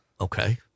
Okay